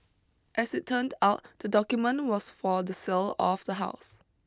as it turned out the document was for the sale of the house